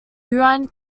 urine